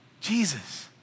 Jesus